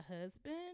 husband